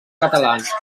catalans